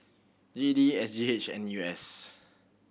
G E D S G H N U S